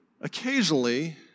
occasionally